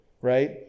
Right